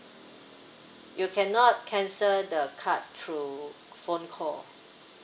you cannot cancel the card through phone call